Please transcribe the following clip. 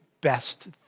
best